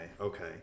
okay